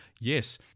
Yes